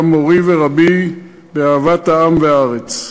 היה מורי ורבי באהבת העם והארץ,